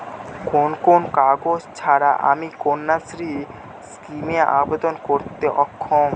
কোন কোন কাগজ ছাড়া আমি কন্যাশ্রী স্কিমে আবেদন করতে অক্ষম?